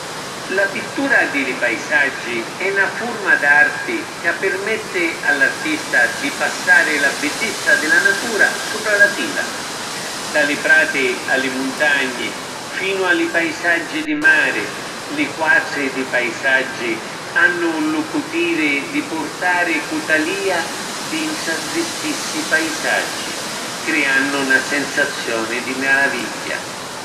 La pittura di li paisaggi è na furma d’arti ca pirmetti a l’artista di passari la biddizza di la natura supra la tila. Da li prati a li muntagni finu a li paisaggi di mari, li quatri di paisaggi hannu lu putiri di purtari cu talìa dintra ddi stissi paisaggi, criannu na sensazioni di maravigghia.